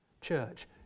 church